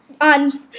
on